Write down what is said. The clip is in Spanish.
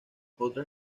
otras